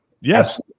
yes